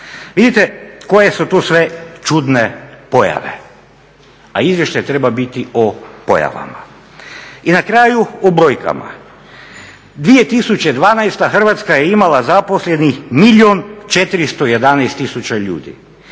Vidite koje su tu sve čudne pojave, a izvještaj treba biti o pojavama. I na kraju o brojkama. 2012. Hrvatska je imala zaposlenih milijun